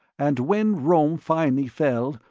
and when rome finally fell,